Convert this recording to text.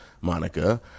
Monica